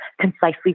concisely